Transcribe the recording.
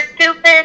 stupid